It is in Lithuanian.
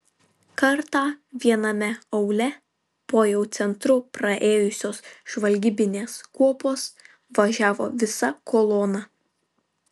kartą viename aūle po jau centru praėjusios žvalgybinės kuopos važiavo visa kolona